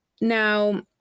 Now